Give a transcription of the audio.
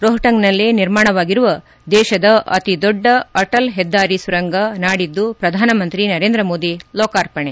ರೋಪ್ಪಂಗ್ನಲ್ಲಿ ನಿರ್ಮಾಣವಾಗಿರುವ ದೇಶದ ಅತಿದೊಡ್ಡ ಆಟಲ್ ಪೆದ್ದಾರಿ ಸುರಂಗ ನಾಡಿದ್ದು ಪ್ರಧಾನಮಂತ್ರಿ ನರೇಂದ್ರಮೋದಿ ಲೋಕಾರ್ಪಣೆ